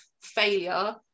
failure